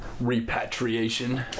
Repatriation